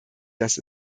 das